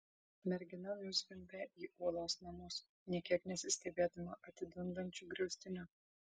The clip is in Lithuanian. mergina nuzvimbė į uolos namus nė kiek nesistebėdama atidundančiu griaustiniu